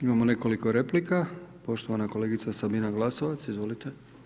Imamo nekoliko replika, poštovana kolegica Sabina Glasovac, izvolite.